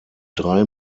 drei